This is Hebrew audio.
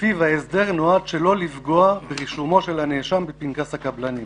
לפיו ההסדר נועד שלא לפגוע ברישומו של הנאשם בפנקס הקבלנים.